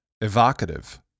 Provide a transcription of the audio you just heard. Evocative